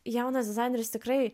jaunas dizaineris tikrai